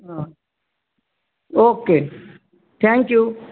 હા okay thank you